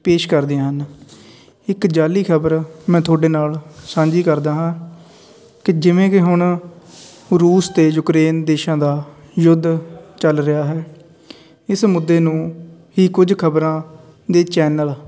ਪੇਸ਼ ਕਰਦੇ ਹਨ ਇੱਕ ਜਾਅਲੀ ਖ਼ਬਰ ਮੈਂ ਤੁਹਾਡੇ ਨਾਲ ਸਾਂਝੀ ਕਰਦਾ ਹਾਂ ਕਿ ਜਿਵੇਂ ਕਿ ਹੁਣ ਰੂਸ ਅਤੇ ਯੂਕਰੇਨ ਦੇਸ਼ਾਂ ਦਾ ਯੁੱਧ ਚੱਲ ਰਿਹਾ ਹੈ ਇਸ ਮੁੱਦੇ ਨੂੰ ਹੀ ਕੁਝ ਖ਼ਬਰਾਂ ਦੇ ਚੈਨਲ